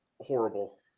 horrible